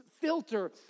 filter